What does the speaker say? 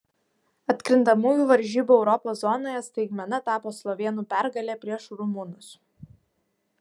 atkrintamųjų varžybų europos zonoje staigmena tapo slovėnų pergalė prieš rumunus